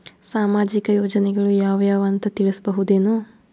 ಸಾಮಾಜಿಕ ಯೋಜನೆಗಳು ಯಾವ ಅವ ಅಂತ ತಿಳಸಬಹುದೇನು?